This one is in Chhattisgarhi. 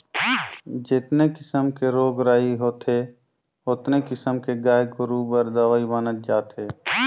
जेतने किसम के रोग राई होथे ओतने किसम के गाय गोरु बर दवई बनत जात हे